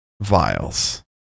vials